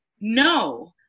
No